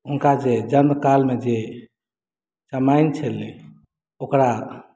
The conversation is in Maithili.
हुनका जे जन्मकालमे जे चमाइन छलै ओकरा